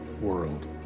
world